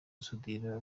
gusudira